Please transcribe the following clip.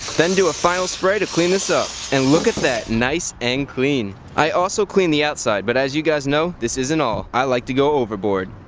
then do a final spray to clean this up and look at that nice and clean. i also cleaned the outside, but as you guys know, this isn't all. i like to go overboard.